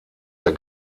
der